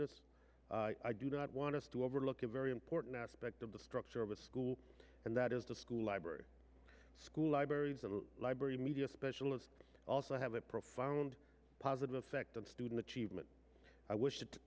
s i do not want us to overlook a very important aspect of the structure of a school and that is the school library school libraries the library media specialist also have a profound positive effect on student achievement i wish